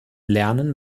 lernen